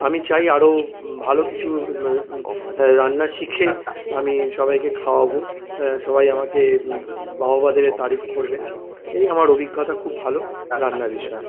আমি চাই আরও ভালো কিছু রান্না শিখে আমি সবাইকে খাওয়াবো সবাই আমাকে বাহবা দেবে তারিফ করবে এই আমার অভিজ্ঞতা খুব ভালো রান্নার বিষয়ে